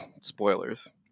spoilers